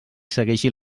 segueixi